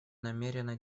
намерена